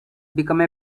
become